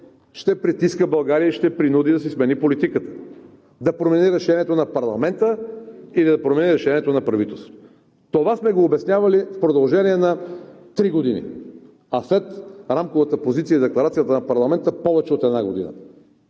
да притиска България и да я принуди да си смени политиката, да промени решението на парламента или да промени решението на правителството. Това сме го обяснявали в продължение на три години, а след Рамковата позиция и Декларацията на парламента – повече от една година.